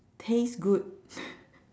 taste good